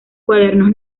cuadernos